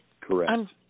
Correct